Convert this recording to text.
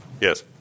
Yes